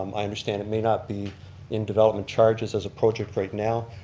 um i understand it may not be in development charges as approached right now,